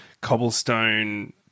cobblestone